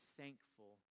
thankful